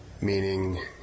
meaning